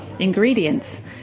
ingredients